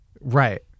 right